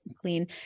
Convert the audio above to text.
clean